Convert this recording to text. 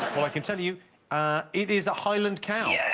well, i can tell you it is a highland cow yeah